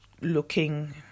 looking